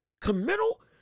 committal